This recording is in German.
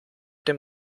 dem